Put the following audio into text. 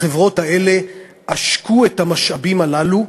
החברות האלה עשקו את המשאבים הללו,